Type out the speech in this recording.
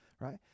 right